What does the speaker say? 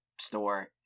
store